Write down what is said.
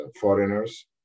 foreigners